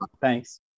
Thanks